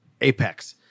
apex